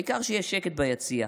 העיקר שיהיה שקט ביציע.